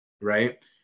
right